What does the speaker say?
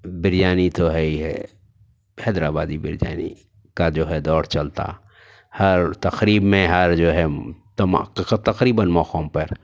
بریانی تو ہے ہی ہے حیدر آبادی بریانی کا جو ہے دور چلتا ہر تقریب میں ہر جو ہے تما تخا تقریباً موقعوں پر